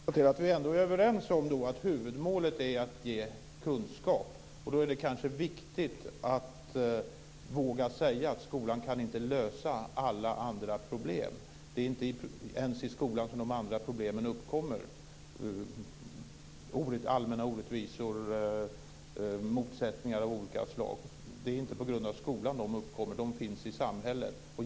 Fru talman! Förlåt att jag använde fel namn! Jag ser att vi ändå är överens om att huvudmålet är att ge kunskap. Då är det kanske viktigt att våga säga att skolan inte kan lösa alla andra problem. Det är inte ens i skolan som de andra problemen uppkommer. Allmänna orättvisor, motsättningar av olika slag uppkommer inte på grund av skolan. De finns i samhället.